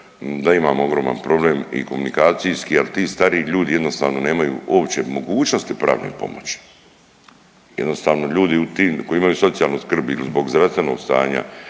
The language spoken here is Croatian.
da imamo ogroman problem i komunikacijski jer ti stariji ljudi jednostavno nemaju uopće mogućnosti pravne pomoći, jednostavno ljudi u tim koji imaju socijalnu skrb ili zbog zdravstvenog stanja